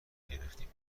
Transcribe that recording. گرفتیم